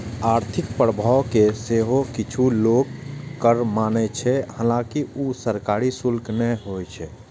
आर्थिक प्रभाव कें सेहो किछु लोक कर माने छै, हालांकि ऊ सरकारी शुल्क नै होइ छै